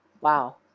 wow